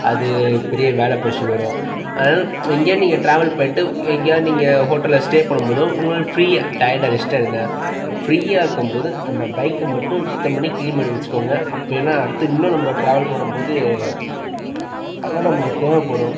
அது பெரிய வேலை ப்ரஷ்ஷர் வரும் அதனால் எங்கேயா நீங்கள் ட்ராவல் பண்ணிட்டு எங்கேயா நீங்கள் ஹோட்டலில் ஸ்டே பண்ணும் போதோ உங்கள் ஃப்ரீயாக டயர்டாக ரெஸ்ட் எடுங்கள் ஃப்ரீயாக இருக்கும் போது அந்த பைக்கை மட்டும் சுத்தம் பண்ணி க்ளீன் பண்ணி வெச்சுக்கோங்க அப்போ என்ன அடுத்து இன்னும் நம்ம ட்ராவல் பண்ணும் போது அதுதான் நமக்கு தேவைப்படும்